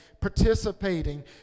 participating